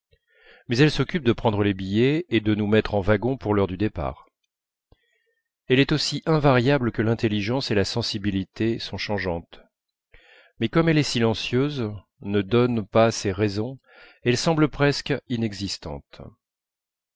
mais elle s'occupe de prendre les billets et de nous mettre en wagon pour l'heure du départ elle est aussi invariable que l'intelligence et la sensibilité sont changeantes mais comme elle est silencieuse ne donne pas ses raisons elle semble presque inexistante